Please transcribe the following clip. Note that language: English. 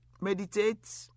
meditate